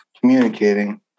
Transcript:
communicating